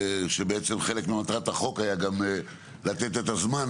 שבעצם חלק ממטרת החוק היה גם לתת את הזמן